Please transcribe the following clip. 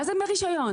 דמי רישיון?